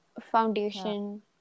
foundation